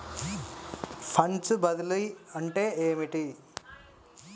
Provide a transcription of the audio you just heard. Funds బదిలీ అంటే ఏమిటి?